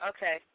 Okay